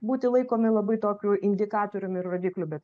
būti laikomi labai tokiu indikatoriumi ir rodikliu be